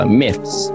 myths